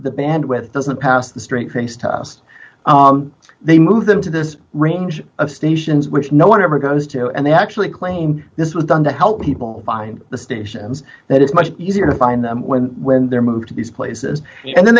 e band with doesn't pass the straight face test they move them to this range of stations which no one ever goes to and they actually claim this was done to help people find the stations that it's much easier to find them when when they're moved to these places and then